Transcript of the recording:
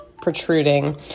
protruding